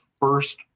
first